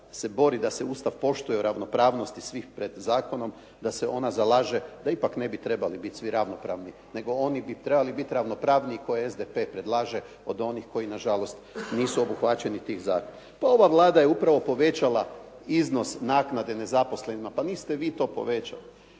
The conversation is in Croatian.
da se bori da se Ustav poštuje o ravnopravnosti svih pred zakonom da se ona zalaže da ipak ne bi trebali biti svi ravnopravni nego oni bi trebali biti ravnopravniji koje SDP predlaže od onih koji nažalost nisu obuhvaćeni tim zakonom. Ova Vlada je u pravo povećala iznos naknade nezaposlenima. Pa niste vi to povećali.